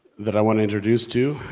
that i want to introduce to